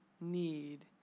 need